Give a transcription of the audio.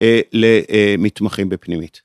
למתמחים בפנימית.